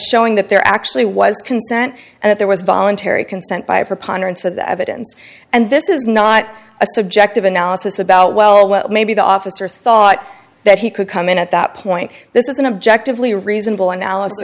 showing that there actually was consent and that there was voluntary consent by a preponderance of the evidence and this is not a subjective analysis about well maybe the officer thought that he could come in at that point this is an objective lee reasonable analysis